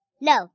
No